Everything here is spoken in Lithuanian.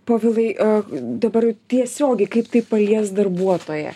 povilai aaa dabar tiesiogiai kaip tai palies darbuotoją